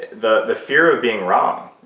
the the fear of being wrong,